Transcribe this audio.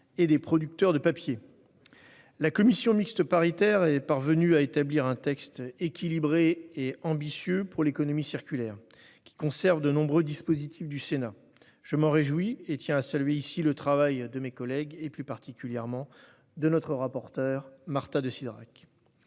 et des producteurs de papier. La commission mixte paritaire est parvenue à établir un texte équilibré et ambitieux pour l'économie circulaire, qui conserve de nombreux dispositifs du Sénat. Je m'en réjouis et tiens à saluer ici le travail de mes collègues, plus particulièrement de notre rapporteure, Marta de Cidrac.